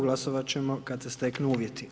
Glasovati ćemo kada se steknu uvjeti.